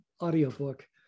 audiobook